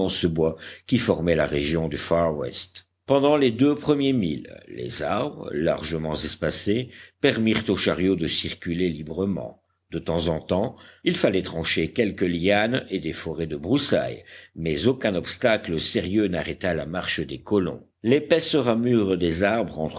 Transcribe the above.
immenses bois qui formaient la région du far west pendant les deux premiers milles les arbres largement espacés permirent au chariot de circuler librement de temps en temps il fallait trancher quelques lianes et des forêts de broussailles mais aucun obstacle sérieux n'arrêta la marche des colons l'épaisse ramure des arbres